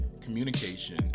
communication